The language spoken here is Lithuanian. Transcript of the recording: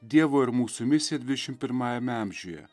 dievo ir mūsų misija divdešim pirmajame amžiuje